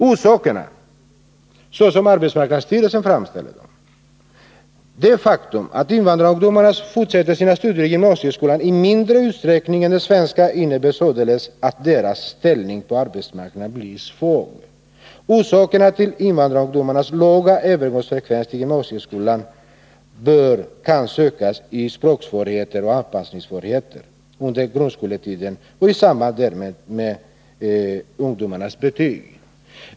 Orsaken härtill, såsom arbetsmarknadsstyrelsen framställer den, är det faktum att invandrarungdomarna fortsätter sina studier i gymnasieskolan i mindre utsträckning än de svenska ungdomarna. Det innebär att deras ställning på arbetsmarknaden blir svår. Orsaken till invandrarungdomarnas låga frekvens när det gäller övergång till gymnasie skolan kan sökas i språksvårigheter och anpassningssvårigheter under grundskoletiden och till följd därav deras betyg.